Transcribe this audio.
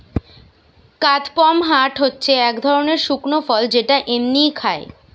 কাদপমহাট হচ্ছে এক ধরনের শুকনো ফল যেটা এমনই খায়